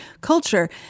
culture